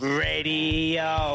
radio